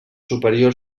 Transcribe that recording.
superior